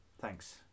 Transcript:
Thanks